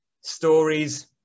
stories